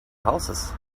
houses